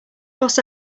bus